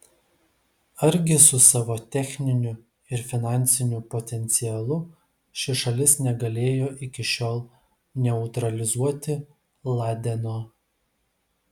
argi su savo techniniu ir finansiniu potencialu ši šalis negalėjo iki šiol neutralizuoti ladeno